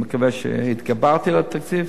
ואני מקווה שהתגברתי על התקציב.